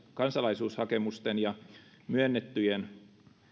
kansalaisuushakemusten ja myönnettyjen